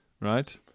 right